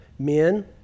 Men